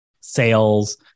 sales